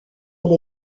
elle